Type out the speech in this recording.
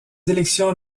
élections